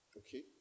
okay